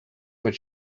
what